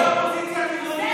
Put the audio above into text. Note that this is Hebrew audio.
להכשיר עבריין.